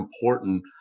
important